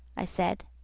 i said,